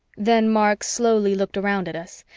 then mark slowly looked around at us,